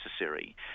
necessary